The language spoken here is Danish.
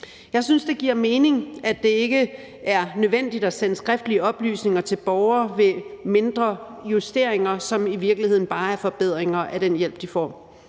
Jeg synes, det giver mening, at det ikke er nødvendigt at sende skriftlige oplysninger til borgere ved mindre justeringer, som i virkeligheden bare er forbedringer af den hjælp, de får.